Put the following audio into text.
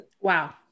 wow